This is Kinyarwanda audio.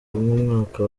nk’umwaka